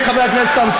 חבר הכנסת.